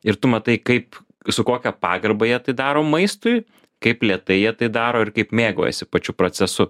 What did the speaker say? ir tu matai kaip su kokia pagarba jie tai daro maistui kaip lėtai jie tai daro ir kaip mėgaujasi pačiu procesu